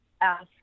ask